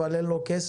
אבל אין לה כסף,